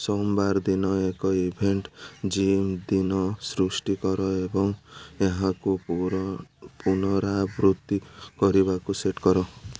ସୋମବାର ଦିନ ଏକ ଇଭେଣ୍ଟ୍ ଜିମ୍ ଦିନ ସୃଷ୍ଟି କର ଏବଂ ଏହାକୁ ପୁନରାବୃତ୍ତି କରିବାକୁ ସେଟ୍ କର